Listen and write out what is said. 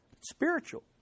Spiritual